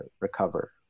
recover